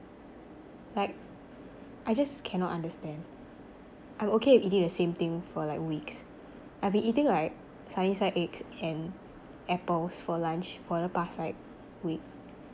like I just cannot understand I'm okay with eating the same thing for like weeks I've been eating like sunny side eggs and apples for lunch for the past like week